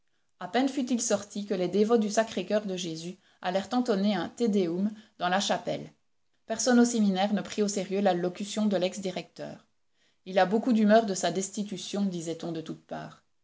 a peine fut-il sorti que les dévots du sacré-coeur de jésus allèrent entonner un te deum dans la chapelle personne au séminaire ne prit au sérieux l'allocution de lex directeur il a beaucoup d'humeur de sa destitution disait-on de toutes parts